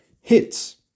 Hits